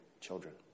children